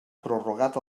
prorrogat